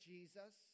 Jesus